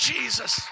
Jesus